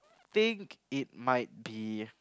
think it might be